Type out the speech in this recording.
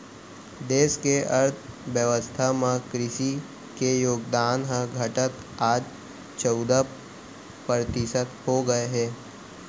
देस के अर्थ बेवस्था म कृसि के योगदान ह घटत आज चउदा परतिसत हो गए हे